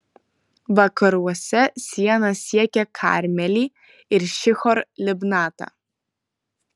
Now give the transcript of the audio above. vakaruose siena siekė karmelį ir šihor libnatą